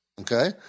Okay